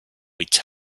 each